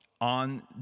on